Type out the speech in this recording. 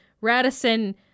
Radisson